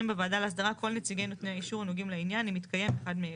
בוועדה להסדרה כל נציגי נותני האישור הנוגעים לעניין אם התקיים אחד מאלה: